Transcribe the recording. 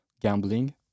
gambling